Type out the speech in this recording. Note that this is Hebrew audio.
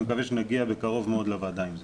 אני מקווה שנגיע בקרוב מאוד לוועדה עם זה.